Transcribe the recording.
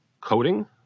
coding